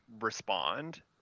respond